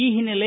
ಈ ಹಿನ್ನೆಲೆ